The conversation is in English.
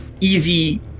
easy